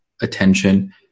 attention